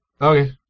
Okay